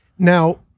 Now